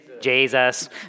Jesus